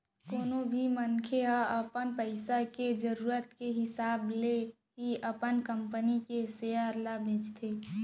कोनो भी मनसे ह अपन पइसा के जरूरत के हिसाब ले ही अपन कंपनी के सेयर ल बेचथे